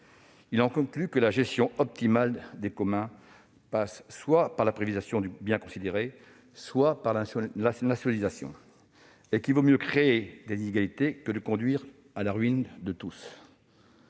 Il en conclut que la gestion optimale des biens communs passe soit par la privatisation du bien considéré, soit par la nationalisation, et qu'il vaut mieux créer des inégalités que conduire à la ruine de tous.